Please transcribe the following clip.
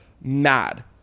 mad